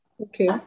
okay